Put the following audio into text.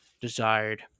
desired